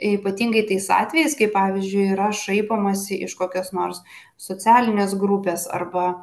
ypatingai tais atvejais kai pavyzdžiui yra šaipomasi iš kokios nors socialinės grupės arba